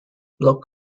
block